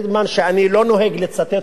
ואני לא נוהג לצטט אותו,